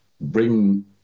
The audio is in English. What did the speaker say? bring